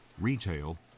Retail